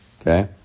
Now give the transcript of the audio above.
okay